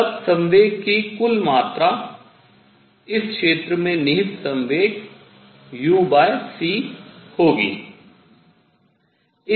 तब संवेग की कुल मात्रा इस क्षेत्र में निहित संवेग uc होगी